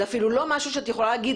זה אפילו לא משהו שאת יכולה להגיד,